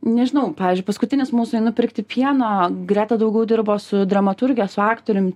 nežinau pavyzdžiui paskutinis mūsų einu pirkti pieno greta daugiau dirbo su dramaturge su aktorium